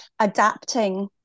adapting